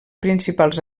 principals